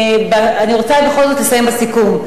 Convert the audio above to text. אני רוצה בכל זאת לסיים בסיכום.